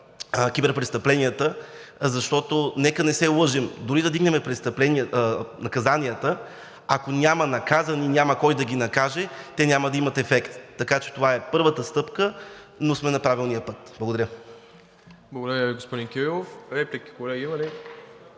киберпрестъпленията, защото нека не се лъже, че дори да вдигнем наказанията, ако няма наказани и няма кой да ги накаже, те няма да имат ефект. Така че това е първата стъпка, но сме на правилния път. Благодаря. ПРЕДСЕДАТЕЛ МИРОСЛАВ ИВАНОВ: